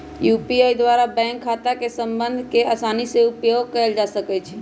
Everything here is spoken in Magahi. यू.पी.आई द्वारा बैंक खता के संबद्ध कऽ के असानी से उपयोग कयल जा सकइ छै